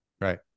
Right